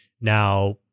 now